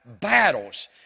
battles